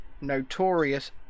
notorious